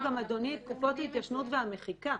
שינינו את תקופות ההתיישנות והמחיקה,